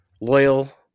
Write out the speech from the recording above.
loyal